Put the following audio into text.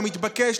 המתבקש,